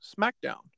SmackDown